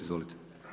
Izvolite.